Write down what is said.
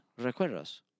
recuerdos